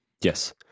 Yes